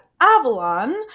Avalon